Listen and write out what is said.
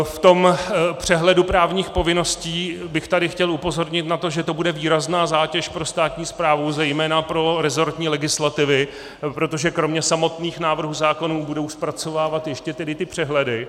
V tom přehledu právních povinností bych tady chtěl upozornit na to, že to bude výrazná zátěž pro státní správu, zejména pro resortní legislativy, protože kromě samotných návrhů zákonů budou zpracovávat ještě tedy přehledy.